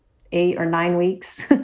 eight or nine weeks.